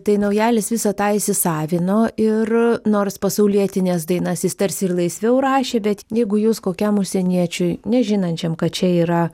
tai naujalis visą tą įsisavino ir nors pasaulietines dainas jis tarsi ir laisviau rašė bet jeigu jūs kokiam užsieniečiui nežinančiam kad čia yra